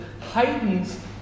heightens